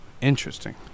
Interesting